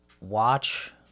watch